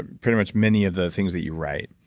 pretty much many of the things that you write.